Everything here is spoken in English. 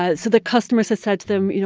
ah so the customers has said to them, you know